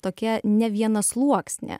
tokia nevienasluoksnė